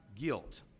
guilt